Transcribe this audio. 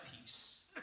peace